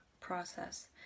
process